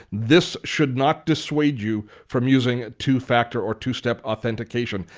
this should not dissuade you from using two-factor or two-step authentication.